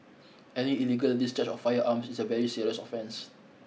any illegal discharge of firearms is a very serious offence